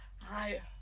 Hi